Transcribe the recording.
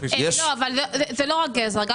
לא רק גזר.